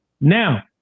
Now